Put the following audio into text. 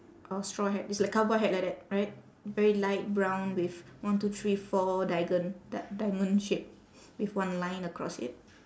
or straw hat it's like cowboy hat like that right very light brown with one two three four diagon~ di~ diamond shape with one line across it